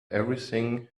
everything